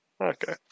Okay